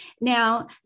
Now